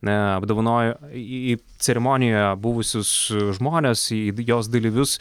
neapdovanojo į ceremonijoje buvusius žmones į jos dalyvius